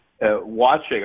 watching